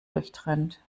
durchtrennt